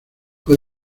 fue